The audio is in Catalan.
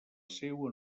seua